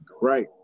right